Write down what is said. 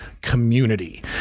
community